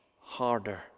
harder